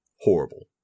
horrible